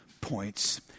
points